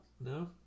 No